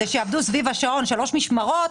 כדי שיעבדו סביב השעון שלוש משמרות,